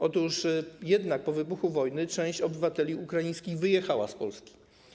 Otóż jednak po wybuchu wojny część obywateli ukraińskich wyjechała z Polski.